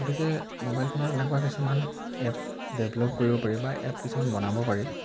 গতিকে মোবাইল ফোনত এনেকুৱা কিছুমান এপ ডেভেলপ কৰিব পাৰি বা এপ কিছুমান বনাব পাৰি